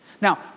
Now